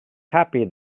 happy